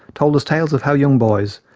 told us tales of how young boys,